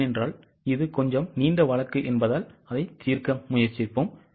ஏனென்றால் இது கொஞ்சம் நீண்ட வழக்கு என்பதால் அதைத் தீர்க்க முயற்சிப்போம்